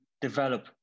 develop